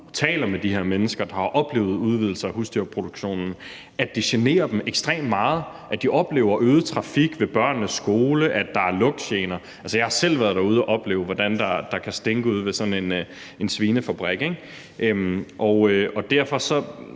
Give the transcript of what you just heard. taler med de her mennesker, der har oplevet udvidelser af husdyrproduktionen, at det generer dem ekstremt meget, at de oplever øget trafik ved børnenes skole, og at der er lugtgener. Jeg har selv været derude og oplevet, hvordan der kan stinke ude ved sådan en svinefabrik. Derfor